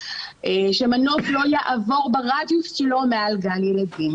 שמנוף לא יעבור ברדיוס שלו מעל גן ילדים.